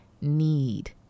need